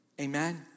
Amen